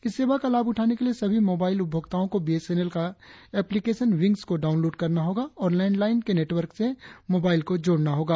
इस सेवा का लाभ उठाने के लिए सभी मोबाइल उपभोक्ताओं को बी एस एन एल की एप्लीकेशन विंग्स को डाउनलोड करना होगा और लैंडलाइन के नेटवर्क से मोबाइल को जोड़ना होगा